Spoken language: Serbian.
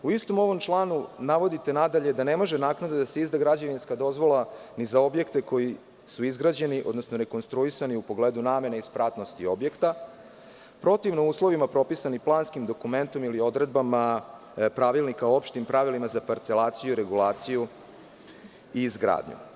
U istom ovom članom navodite nadalje da ne može naknadno da se izda građevinska dozvola ni za objekte koji su izgrađeni, odnosno rekonstruisani u pogledu namene i spratnosti objekta, protivno uslovima propisani planskim dokumentom ili odredbama Pravilnika o opštim pravilima za parcelaciju, regulaciju i izgradnju.